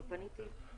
אני פניתי.